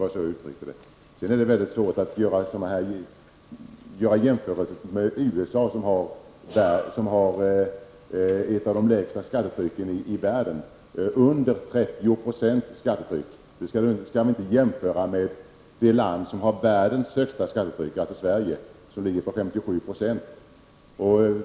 Det är svårt att göra jämförelser med USA, som har ett av de lägsta skattetrycken i världen, under 30 %. Det skall man inte jämföra med det land som har världens högsta skattetryck, dvs. Sverige, som ligger på 57 %.